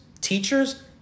teachers